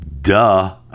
duh